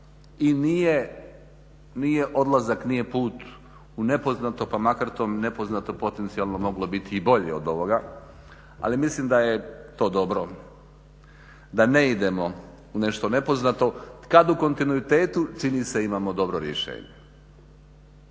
i nije, odlazak nije put u nepoznato pa makar to nepoznato, potencijalno moglo biti i bolje od ovoga ali mislim da je to dobro, da ne idemo u nešto nepoznato kad u kontinuitetu čini se imamo dobro rješenje.